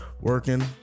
working